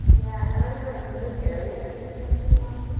yeah. and are there like new areas you're focusing on?